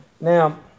Now